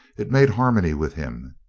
it made harmony with him.